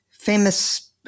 Famous